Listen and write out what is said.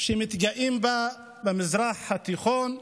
שמתגאים בה במזרח התיכון,